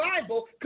Bible